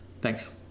Thanks